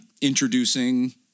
Introducing